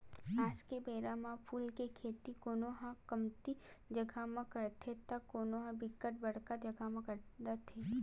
आज के बेरा म फूल के खेती कोनो ह कमती जगा म करथे त कोनो ह बिकट बड़का जगा म करत हे